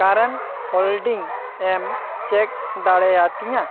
current holding ᱮᱢ check ᱫᱟᱲᱮᱭᱟᱛᱤᱧᱟᱹ